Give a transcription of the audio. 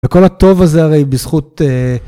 וכל הטוב הזה הרי בזכות